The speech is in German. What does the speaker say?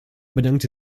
bedankte